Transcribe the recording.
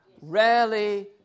Rarely